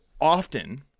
often